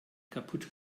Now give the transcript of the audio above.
kaputt